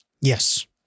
Yes